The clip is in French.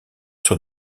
sur